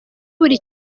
buri